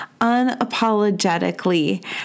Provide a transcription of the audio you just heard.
unapologetically